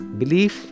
belief